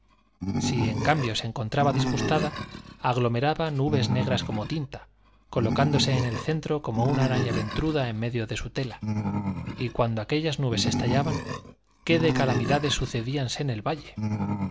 si en cambio se encontraba disgustada aglomeraba nubes negras como tinta colocándose en el centro como una araña ventruda en medio de su tela y cuando aquellas nubes estallaban qué de calamidades sucedíanse en el valle